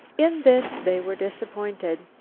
in this they were disappointed.